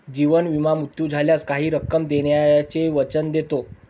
जीवन विमा मृत्यू झाल्यास काही रक्कम देण्याचे वचन देतो